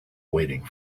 waiting